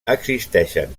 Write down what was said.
existeixen